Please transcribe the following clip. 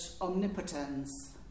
Omnipotence